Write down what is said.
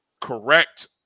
correct